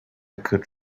could